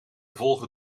volgen